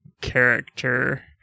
character